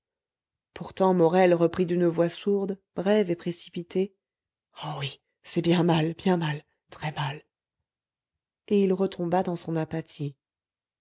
pourtant morel reprit d'une voix sourde brève et précipitée oh oui c'est bien mal bien mal très-mal et il retomba dans son apathie